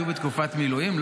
היו בתקופת מילואים.